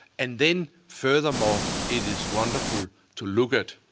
and then furthermore, it is wonderful to look at.